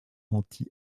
anti